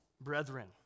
brethren